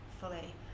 fully